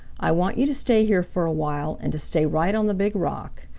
i want you to stay here for a while and to stay right on the big rock.